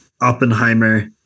Oppenheimer